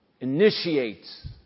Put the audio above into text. initiates